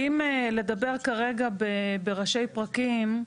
ואם לדבר כרגע בראשי פרקים,